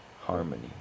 harmony